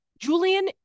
Julian